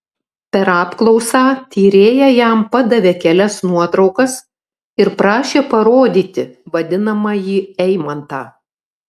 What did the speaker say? per apklausą tyrėja jam padavė kelias nuotraukas ir prašė parodyti vadinamąjį eimantą